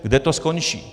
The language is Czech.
Kde to skončí?